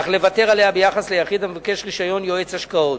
אך לוותר עליה ביחס ליחיד המבקש רשיון יועץ השקעות.